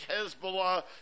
Hezbollah